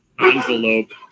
envelope